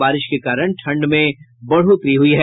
बारिश के कारण ठंड में बढ़ोतरी हुई है